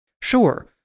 Sure